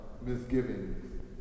misgivings